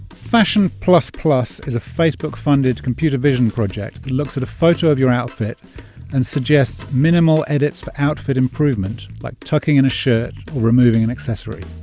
fashion plus plus is a facebook-funded computer vision project that looks at a photo of your outfit and suggests minimal edits for outfit improvement like tucking in a shirt or removing an accessory